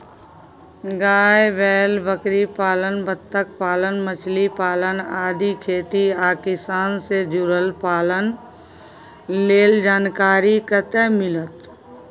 गाय, बैल, बकरीपालन, बत्तखपालन, मछलीपालन आदि खेती आ किसान से जुरल पालन लेल जानकारी कत्ते मिलत?